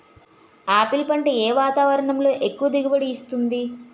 Apple పంట ఏ వాతావరణంలో ఎక్కువ దిగుబడి ఇస్తుంది?